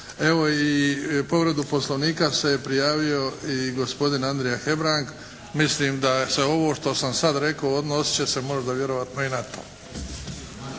Evo i povredu Poslovnika se prijavio i gospodin Andrija Hebrang. Mislim da se ovo što sam sad rekao odnosit će se možda vjerojatno i na to.